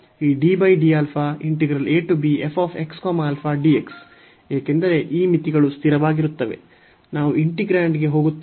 ಈ ಏಕೆಂದರೆ ಈ ಮಿತಿಗಳು ಸ್ಥಿರವಾಗಿರುತ್ತವೆ ನಾವು ಇಂಟಿಗ್ರಾಂಡ್ಗೆ ಹೋಗುತ್ತೇವೆ